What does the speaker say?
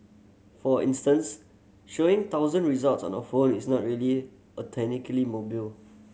for instance showing thousand results on a phone is not really mobile